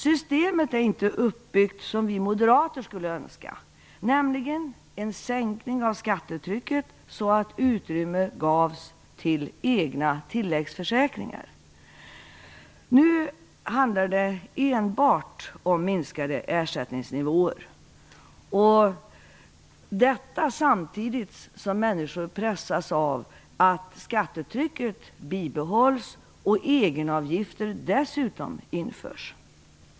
Systemet är inte uppbyggt som vi moderater skulle önska, nämligen med ett sänkt skattetryck så att utrymme ges för egna tilläggsförsäkringar. Nu handlar det enbart om sänkta ersättningsnivåer, samtidigt som människor pressas av att skattetrycket bibehålls och egenavgifter dessutom införs.